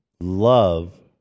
love